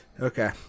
Okay